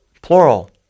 Plural